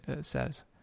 says